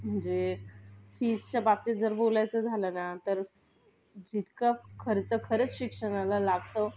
म्हणजे फीजच्या बाबतीत जर बोलायचं झालं ना तर जितका खर्च खरंच शिक्षणाला लागतो